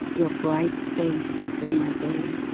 your bright face is my day.